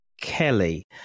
Kelly